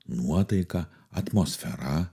nuotaika atmosfera